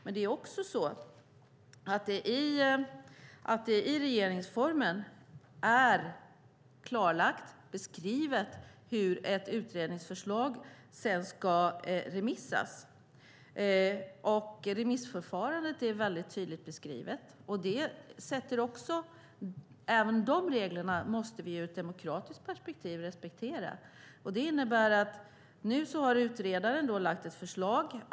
Men i regeringsformen är det klarlagt och beskrivet hur ett utredningsförslag sedan ska remissas. Remissförfarandet är väldigt tydligt beskrivet, och även de reglerna måste vi ur demokratiskt perspektiv respektera. Nu har utredaren lagt fram ett förslag.